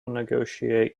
negotiate